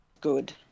good